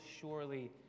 surely